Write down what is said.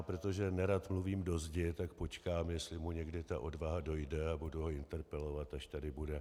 Protože nerad mluvím do zdi, tak počkám, jestli mu někdy ta odvaha dojde, a budu ho interpelovat, až tady bude.